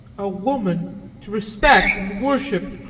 a woman to respect and worship!